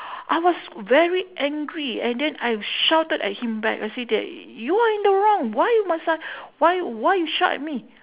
I was very angry and then I shouted at him back I say that you are in the wrong why mu~ uh why why you shout at me